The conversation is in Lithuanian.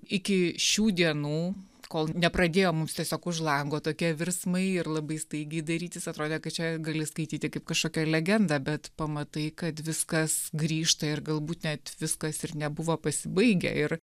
iki šių dienų kol nepradėjo mums tiesiog už lango tokie virsmai ir labai staigiai darytis atrodė kad čia gali skaityti kaip kažkokią legendą bet pamatai kad viskas grįžta ir galbūt net viskas ir nebuvo pasibaigę ir